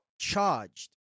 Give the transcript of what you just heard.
charged